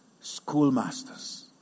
schoolmasters